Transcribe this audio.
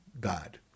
god